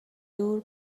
دور